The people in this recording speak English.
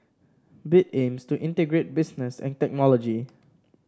bit aims to integrate business and technology